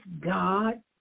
God